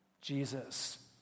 Jesus